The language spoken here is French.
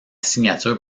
signature